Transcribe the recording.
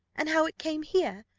and how it came here,